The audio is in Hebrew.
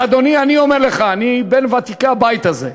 ואדוני, אני אומר לך, אני מוותיקי הבית הזה.